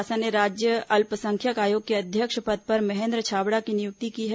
राज्य शासन ने राज्य अल्पसंख्यक आयोग के अध्यक्ष पद पर महेन्द्र छाबड़ा की नियुक्ति की है